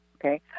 Okay